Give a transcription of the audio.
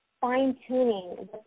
fine-tuning